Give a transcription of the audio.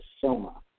soma